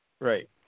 Right